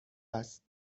است